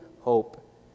hope